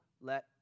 let